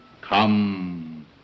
Come